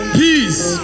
peace